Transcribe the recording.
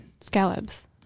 Scallops